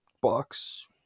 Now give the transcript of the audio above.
box